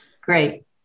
Great